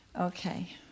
Okay